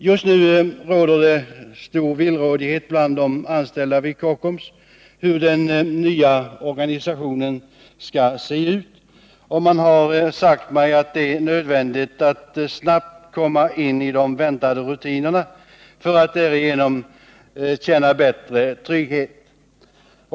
Just nu råder det stor villrådighet bland de anställda vid Kockums om hurden nya organisationen skall se ut, och man har sagt mig att det är nödvändigt att snabbt komma in i de väntade nya rutinerna för att därigenom känna bättre trygghet.